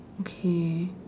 okay